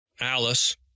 Alice